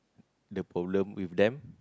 the problem with them